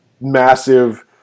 massive